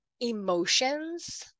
emotions